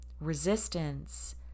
resistance